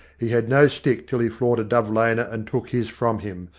he had no stick till he floored a dove laner and took his from him,